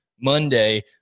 Monday